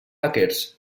hackers